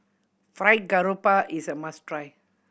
Fried Garoupa is a must try